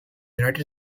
united